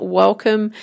welcome